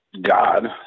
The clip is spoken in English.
God